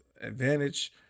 advantage